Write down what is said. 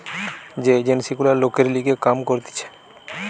যে এজেন্সি গুলা লোকের লিগে কাম করতিছে